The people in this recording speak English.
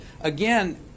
again